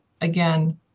again